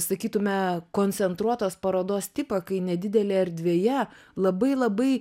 sakytume koncentruotos parodos tipą kai nedidelė erdvėje labai labai